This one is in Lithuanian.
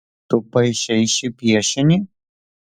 tu paišei šį piešinį